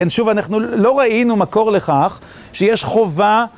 שוב, אנחנו לא ראינו מקור לכך שיש חובה...